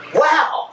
wow